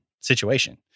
situation